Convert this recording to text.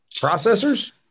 processors